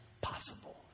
possible